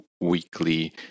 weekly